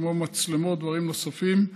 כמו מצלמות ודברים נוספים.